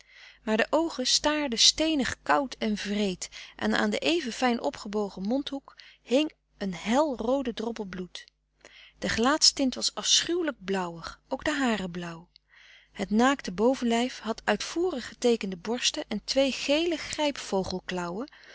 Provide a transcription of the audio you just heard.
maar de oogen staarden steenig koud en wreed en aan den even fijn opgebogen mondhoek hing een hel roode droppel bloed de gelaatstint was afschuwelijk blauwig ook de haren blauw het naakte bovenlijf had uitvoerig geteekende borsten en twee gele